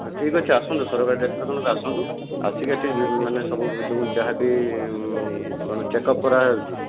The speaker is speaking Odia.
ଠିକ ଅଛି ଆସନ୍ତୁ ସରକାରୀ ଡାକ୍ତରଖାନାକୁ ଆସନ୍ତୁ ଆସିକି ଏଇଠି ସବୁ ମାନେ ଯାହା ବି ମାନେ ଚେକଅପ୍ କରାହେଉଛି